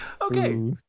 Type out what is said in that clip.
Okay